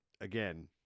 again